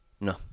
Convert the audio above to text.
No